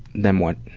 then what?